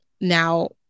Now